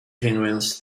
penguins